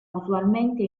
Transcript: usualmente